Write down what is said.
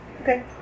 okay